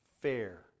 fair